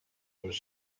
was